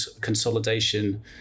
consolidation